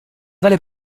tale